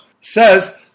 says